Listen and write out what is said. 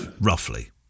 roughly